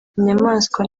inyamaswa